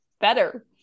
better